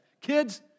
Kids